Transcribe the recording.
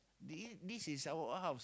di~ this is our house